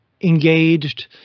engaged